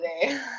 today